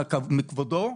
מכבודו,